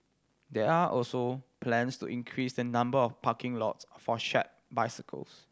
there are also plans to increase the number of parking lots for shared bicycles